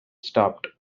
stopped